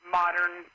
modern